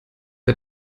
der